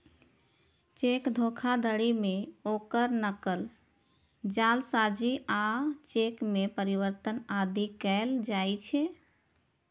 cheque धोखाधड़ी मे ओकर नकल, जालसाजी आ चेक मे परिवर्तन आदि कैल जाइ छै